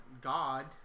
God